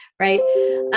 Right